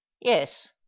yes